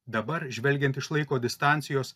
dabar žvelgiant iš laiko distancijos